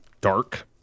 dark